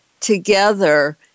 together